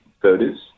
voters